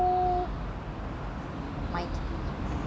மறா:mara cook